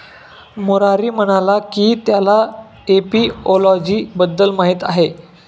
मुरारी म्हणाला की त्याला एपिओलॉजी बद्दल माहीत आहे